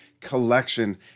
collection